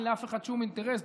אין לאף אחד שום אינטרס,